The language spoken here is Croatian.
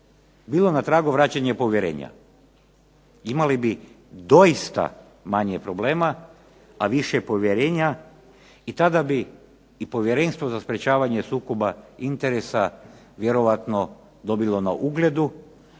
bilo na tragu vraćanja povjerenja, imali bi doista manje problema, a više povjerenja i tada bi i Povjerenstvo za sprječavanje sukoba interesa vjerojatno dobilo na ugledu,